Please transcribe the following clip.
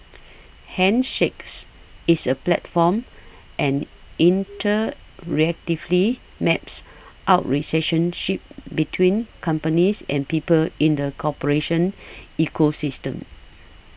handshakes is a platform and interactively maps out recession ship between companies and people in the corporation ecosystem